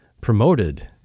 promoted